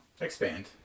expand